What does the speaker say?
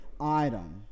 item